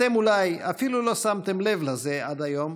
אתם אולי אפילו לא שמתם לב לזה עד היום,